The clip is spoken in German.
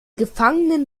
gefangenen